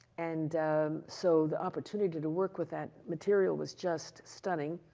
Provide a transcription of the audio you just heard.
and so the opportunity to work with that material was just stunning.